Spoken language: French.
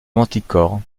manticore